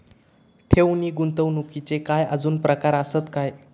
ठेव नी गुंतवणूकचे काय आजुन प्रकार आसत काय?